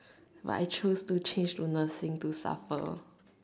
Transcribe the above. but I choose to change to nursing to suffer